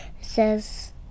says